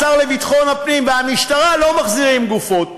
השר לביטחון הפנים והמשטרה לא מחזירים גופות.